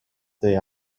they